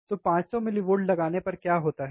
तो 500 mV लगाने पर क्या होता है